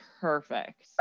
perfect